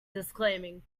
disclaiming